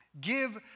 give